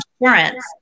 insurance